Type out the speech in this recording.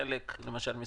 חלק למשל,